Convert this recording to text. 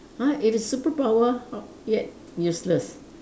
!huh! if it's superpower how yet useless